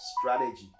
strategy